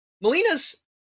Melina's